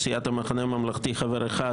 מסיעת המחנה הממלכתי חבר אחד,